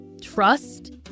trust